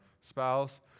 spouse